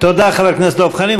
תודה, חבר הכנסת דב חנין.